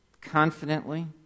confidently